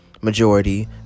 Majority